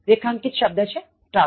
રેખાંકિત શબ્દ છે trouser